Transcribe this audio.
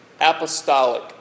apostolic